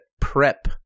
prep